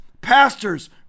pastors